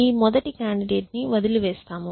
ఈ మొదటి కాండిడేట్ ని వదిలివేస్తాము